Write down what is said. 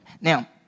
Now